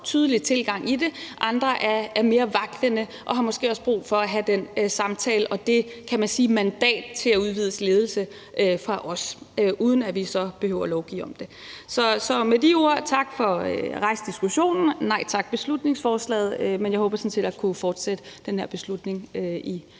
tydelig tilgang til det, andre er mere vaklende og har måske også brug for at have den samtale og det mandat fra os til at udvise ledelse, uden at vi så behøver at lovgive om det. Så med de ord tak for at rejse diskussionen. Nej tak til beslutningsforslaget, men jeg håber sådan set at kunne fortsætte den her diskussion i